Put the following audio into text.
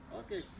okay